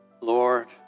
Lord